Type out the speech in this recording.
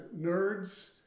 nerds